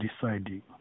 deciding